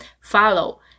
follow